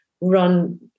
run